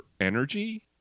energy